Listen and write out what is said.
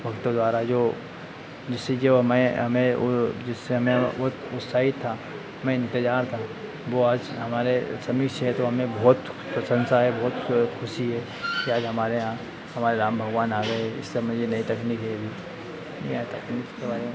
भक्तों द्वारा जो जिससे कि वह मैं हमें और जिससे मैं वह बहुत उत्साहित था हमें इंतज़ार था वह आज हमारे सभी क्षेत्रों में बहुत प्रशंसा है बोहोत खुशी है कि आज हमारे यहाँ हमारे राम भगवान आ गए इस समय यह नई तकनीक है यह भी नया तकनीक तो आया